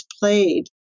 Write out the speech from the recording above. played